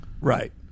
right